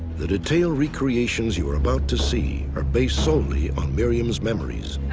the detail recreations you are about to see are based solely on miriam's memories.